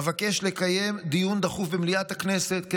אבקש לקיים דיון דחוף במליאת הכנסת,